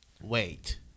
wait